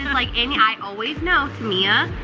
like, any, i always know tamia,